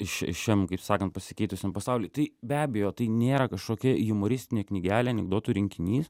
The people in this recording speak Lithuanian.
ši šiam kaip sakant pasikeitusiam pasauly tai be abejo tai nėra kažkokia jumoristinė knygelė anekdotų rinkinys